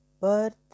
birth